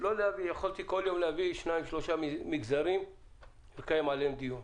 הקפדנו ויכולתי כל יום להביא שניים-שלושה מגזרים ולקיים עליהם דיון.